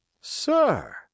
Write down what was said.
Sir